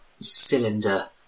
cylinder